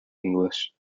english